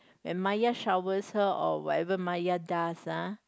when Maya showers her or whatever Maya does ah